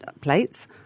plates